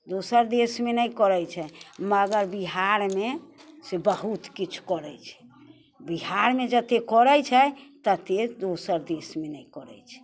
दोसर देशमे नहि करै छै मगर बिहारमे से बहुत किछु करै छै बिहारमे जते करै छै तते दोसर देशमे नहि करै छै